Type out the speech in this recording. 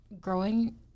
growing